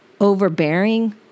overbearing